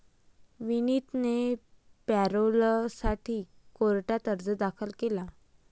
विनीतने पॅरोलसाठी कोर्टात अर्ज दाखल केला